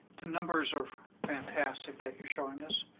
the numbers are fantastic that you're showing us.